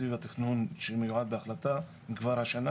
תקציב התכנון שמיועד להחלטה כבר השנה,